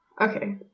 Okay